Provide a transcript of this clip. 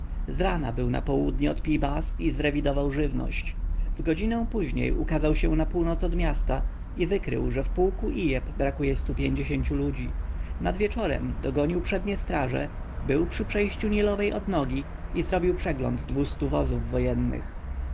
rana był na południe od pi-bast i zrewidował żywność w godzinę później ukazał się na północ od miasta i wykrył że w pułku ieb brakuje stu pięćdziesięciu ludzi nad wieczorem dogonił przednie straże był przy przejściu nilowej odnogi i zrobił przegląd dwustu wozów wojennych